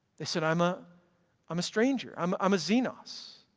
they said i'm a i'm a stranger. i'm i'm a xenos.